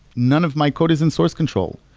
none of my code is in source control.